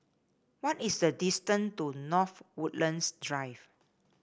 what is the distance to North Woodlands Drive